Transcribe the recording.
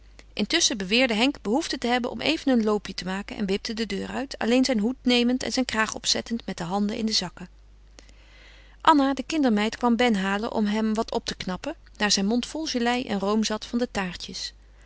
intusschen beweerde henk behoefte te hebben om even een loopje te maken en wipte de deur uit alleen zijn hoed nemend en zijn kraag opzettend met de handen in de zakken anna de kindermeid kwam ben halen om hem wat op te knappen daar zijn mond vol gelei en room zat van de taartjes